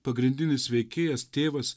pagrindinis veikėjas tėvas